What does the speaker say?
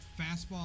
Fastball